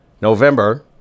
November